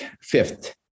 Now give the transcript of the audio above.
fifth